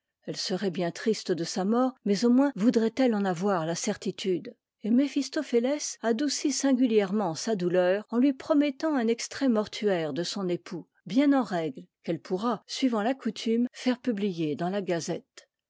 elle serait bien triste de sa mort mais au moins voudrait elle en avoir la certitude et méphistophétès adoucit singulièrement sa douleur en lui promettant un extrait mortuaire de son époux bien en règle qu'elle pourra suivant ta coutume faire publier dans la gazette